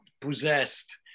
Possessed